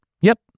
Yep